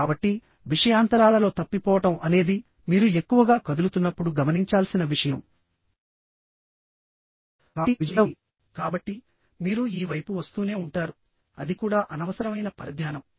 కాబట్టి విషయాంతరాలలో తప్పిపోవడం అనేది మీరు ఎక్కువగా కదులుతున్నప్పుడు గమనించాల్సిన విషయం కాబట్టి విజువల్ ఇక్కడ ఉంది కాబట్టి మీరు ఈ వైపు వస్తూనే ఉంటారు అది కూడా అనవసరమైన పరధ్యానం